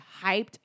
hyped